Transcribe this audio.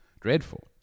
dreadful